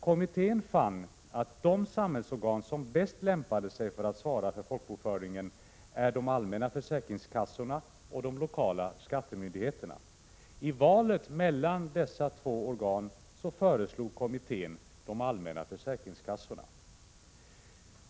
Kommittén fann att de samhällsorgan som bäst lämpade sig för att svara för folkbokföringen är de allmänna försäkringskassorna och de lokala skattemyndigheterna. I valet mellan dessa två organ föreslog kommittén de allmänna försäkringskassorna.